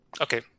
Okay